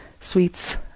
sweets